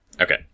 Okay